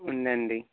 ఉందండి